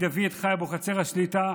דוד חי אבוחצירא שליט"א,